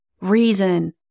reason